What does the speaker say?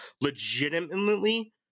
legitimately